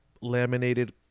laminated